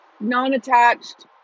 non-attached